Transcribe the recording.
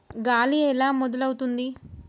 గాలి ఎలా మొదలవుతుంది?